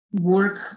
work